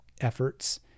efforts